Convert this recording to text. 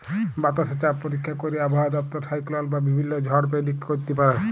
বাতাসে চাপ পরীক্ষা ক্যইরে আবহাওয়া দপ্তর সাইক্লল বা বিভিল্ল্য ঝড় পের্ডিক্ট ক্যইরতে পারে